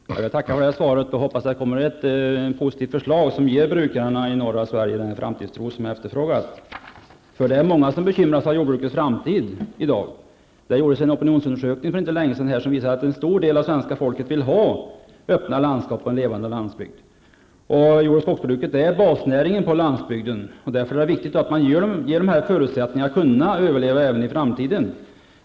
Herr talman! Jag får tacka för svaret och hoppas att det kommer ett positivt förslag, som ger brukarna i norra Sverige den framtidstro som jag efterfrågar. Det är många som i dag bekymras av jordbrukets framtid. En opinionsundersökning för inte länge sedan visade att en stor del av svenska folket vill ha öppna landskap och en levande landsbygd. Jordoch skogsbruket är basnäringarna på landsbygden, och det är därför viktigt att man ger brukarna förutsättningar att överleva även i framtiden.